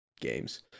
games